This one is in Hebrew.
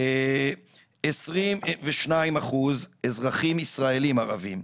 22 אחוז אזרחים ישראלים-ערבים,